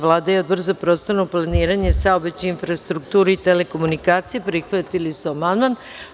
Vlada i Odbor za prostorno planiranje, saobraćaj, infrastrukturu i telekomunikacije prihvatili su amandman.